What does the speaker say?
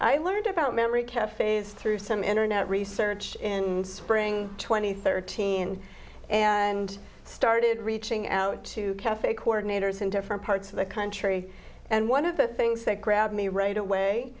i learned about memory cafes through some internet research in spring twenty thirteen and started reaching out to cafe coordinators in different parts of the country and one of the things that grabbed me right away